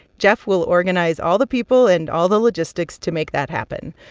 jeff will organize all the people and all the logistics to make that happen.